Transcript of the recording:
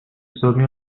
حسابی